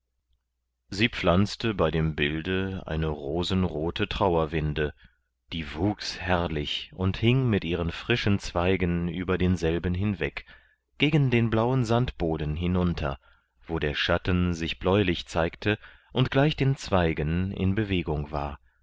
sie pflanzte bei dem bilde eine rosenrote trauerwinde die wuchs herrlich und hing mit ihren frischen zweigen über denselben hinweg gegen den blauen sandboden hinunter wo der schatten sich bläulich zeigte und gleich den zweigen in bewegung war